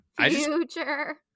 future